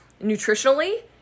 nutritionally